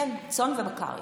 כן, צאן ובקר.